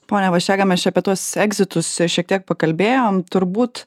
pone vaščega mes čia apie tuos egzitus šiek tiek pakalbėjom turbūt